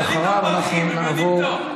ואחריו אנחנו נעבור,